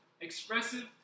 expressive